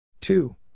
two